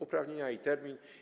Uprawnienia i termin.